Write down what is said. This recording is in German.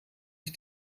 ich